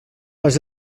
pas